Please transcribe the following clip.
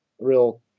real